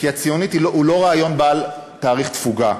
כי הציונות היא לא רעיון בעל תאריך תפוגה,